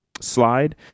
slide